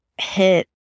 hit